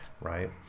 right